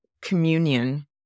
communion